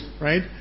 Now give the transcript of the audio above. right